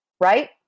Right